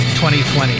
2020